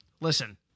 Listen